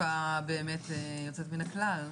זאת שאיפה באמת יוצאת מן הכלל.